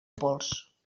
pols